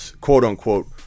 quote-unquote